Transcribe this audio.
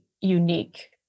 unique